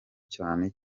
cyane